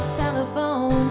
telephone